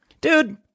Dude